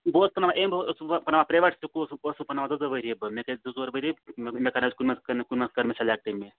بہٕ اوسُس پَرناوان امہِ بروںٛہہ اوسُس بہٕ پَرناوان پرٛایویٹ سکوٗلَس بہٕ اوسُس پرناوان زٕ ژور ؤری بروںٛہہ مےٚ گٔے زٕ ژور ؤری مےٚ مےٚ کر حظ کُنہِ منٛز کر مےٚ کُنہِ منٛز کَر مےٚ سٕلٮ۪کٹ مےٚ